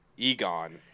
Egon